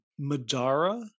madara